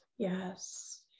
Yes